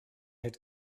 had